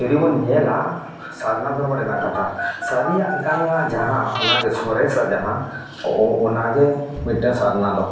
ᱡᱩᱫᱤ ᱵᱚᱱ ᱧᱮᱞᱟ ᱥᱟᱨᱱᱟ ᱫᱷᱚᱨᱚᱢ ᱨᱮᱱᱟᱜ ᱠᱟᱛᱷᱟ ᱥᱟᱹᱨᱤᱭᱟᱜ ᱠᱟᱱᱟ ᱡᱟᱦᱟᱸ ᱚᱱᱟᱜᱮ ᱥᱚᱨᱮᱥᱟ ᱡᱟᱦᱟᱸ ᱚᱱᱟᱜᱮ ᱢᱤᱫᱴᱟᱝ ᱥᱟᱨᱱᱟ ᱫᱚ